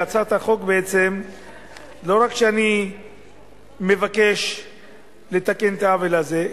בהצעת החוק לא רק שאני מבקש לתקן את העוול הזה,